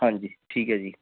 ਹਾਂਜੀ ਠੀਕ ਹੈ ਜੀ